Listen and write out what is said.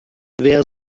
wer